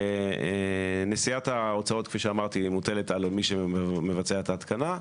נשיאת ההוצאות מוטלת על מי שמבצע את ההתקנה,